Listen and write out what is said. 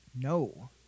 No